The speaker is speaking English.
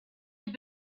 have